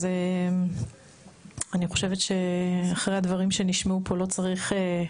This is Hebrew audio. אז אני חושבת שאחרי הדברים שנשמעו פה לא צריך,